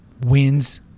wins